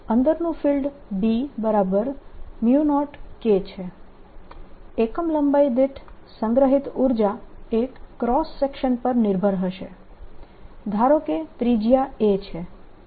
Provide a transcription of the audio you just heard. અંદરનું field B0K છે એકમ લંબાઈ દીઠ સંગ્રહિત ઉર્જા એ ક્રોસ સેક્શન પર નિર્ભર હશે ધારો કે ત્રિજ્યા a છે